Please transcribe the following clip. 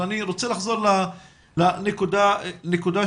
אבל אני רוצה לחזור לנקודה שהעלית.